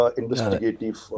investigative